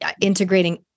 integrating